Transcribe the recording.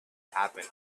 happen